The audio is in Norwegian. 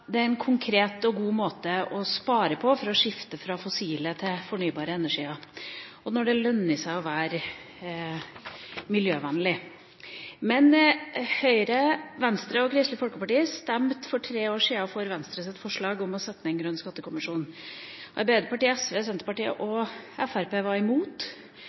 det er en konkret og god måte å spare på – det å skifte fra fossil til fornybar energi – når det også lønner seg å være miljøvennlig. Høyre, Venstre og Kristelig Folkeparti stemte for tre år sida for Venstres forslag om å sette ned en grønn skattekommisjon. Arbeiderpartiet, SV, Senterpartiet og Fremskrittspartiet var imot.